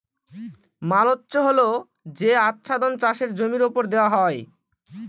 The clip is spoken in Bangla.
মালচ্য হল যে আচ্ছাদন চাষের জমির ওপর দেওয়া হয়